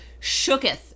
shooketh